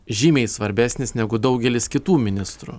žymiai svarbesnis negu daugelis kitų ministrų